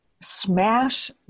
smash